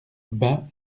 bas